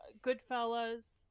goodfellas